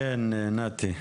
כן נתי?